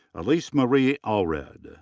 alyse marie allred.